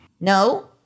No